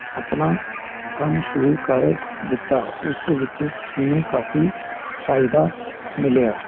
ਆਪਣਾ ਕੰਮ ਸ਼ੁਰੂ ਕਰ ਦਿੱਤਾ ਉਸ ਵਿੱਚ ਮੈਨੂੰ ਕਾਫੀ ਫਾਇਦਾ ਮਿਲਿਆ